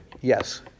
Yes